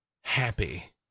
happy